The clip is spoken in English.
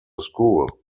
school